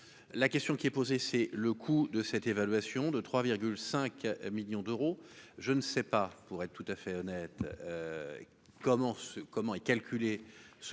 la question qui est posée, c'est le coût de cette évaluation de 3,5 millions d'euros, je ne sais pas, pour être tout à fait honnête comment se comment est calculé ce coup